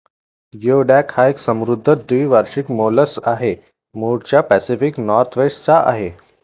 geoduck हा एक समुद्री द्वैवार्षिक मोलस्क आहे, मूळचा पॅसिफिक नॉर्थवेस्ट चा आहे